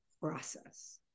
process